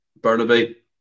Burnaby